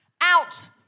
out